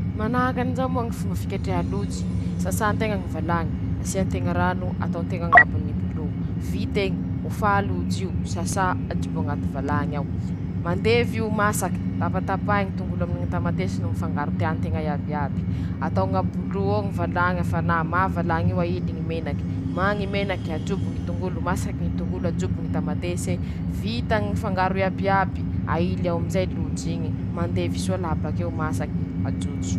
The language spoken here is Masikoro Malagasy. Manahaky anizao ñy fomba ñy fañava ñy smoothie: -Afaky mampiasa voan-kazo teña na ronono, na ronono sozà, laha teña ro mampiasa voan-kazo, sasà voan-kazo oñy bakeo tampatampahy malinidiniky, lafa vit'eñe, afangaron-teña ei, laha teña ro fa nnn nampiasa a voan-kazo manintse fa tsy mila mañisy gilasy, lafa vita ñy fangaroan-drozy iñe, ajobon-teña añatiny ñy blinder'ey añatiny ñy telopolo na enim-polo segondy.